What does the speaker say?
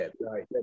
right